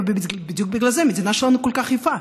ובדיוק בגלל זה המדינה שלנו כל כך יפה?